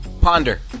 Ponder